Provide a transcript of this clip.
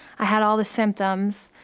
i had all the symptoms,